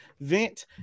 vent